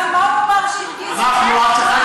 מה הוא אמר שהרגיז אותך?